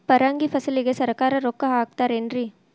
ಪರಂಗಿ ಫಸಲಿಗೆ ಸರಕಾರ ರೊಕ್ಕ ಹಾಕತಾರ ಏನ್ರಿ?